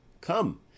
Come